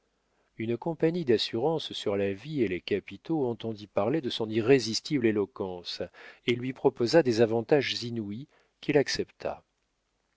une compagnie d'assurances sur la vie et les capitaux entendit parler de son irrésistible éloquence et lui proposa des avantages inouïs qu'il accepta